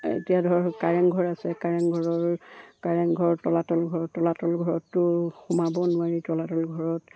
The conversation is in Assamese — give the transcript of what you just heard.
এতিয়া ধৰক কাৰেংঘৰ আছে কাৰেংঘৰৰ কাৰেংঘৰ তলাতল ঘৰ তলাতল ঘৰততো সোমাব নোৱাৰি তলাতল ঘৰত